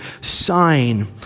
sign